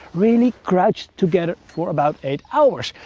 really crouched together, for about eight hours.